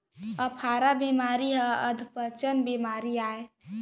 अफारा बेमारी हर अधपचन बेमारी अय